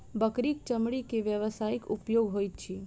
बकरीक चमड़ी के व्यवसायिक उपयोग होइत अछि